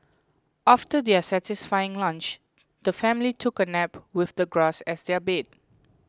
after their satisfying lunch the family took a nap with the grass as their bed